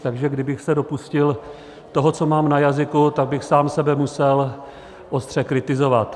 Takže kdybych se dopustil toho, co mám na jazyku, tak bych sám sebe musel ostře kritizovat.